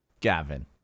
Gavin